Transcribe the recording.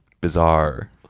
bizarre